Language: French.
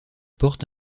porte